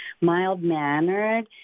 mild-mannered